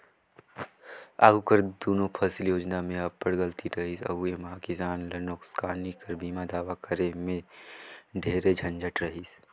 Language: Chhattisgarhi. आघु कर दुनो फसिल योजना में अब्बड़ गलती रहिस अउ एम्हां किसान ल नोसकानी कर बीमा दावा करे में ढेरे झंझट रहिस